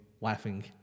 laughing